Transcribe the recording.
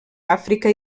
àfrica